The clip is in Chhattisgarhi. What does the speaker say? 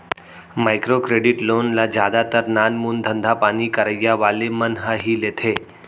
माइक्रो क्रेडिट लोन ल जादातर नानमून धंधापानी करइया वाले मन ह ही लेथे